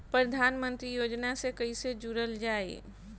प्रधानमंत्री योजना से कैसे जुड़ल जाइ?